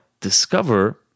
discover